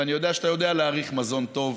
ואני יודע שאתה יודע להעריך מזון טוב,